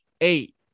eight